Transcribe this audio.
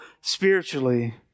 spiritually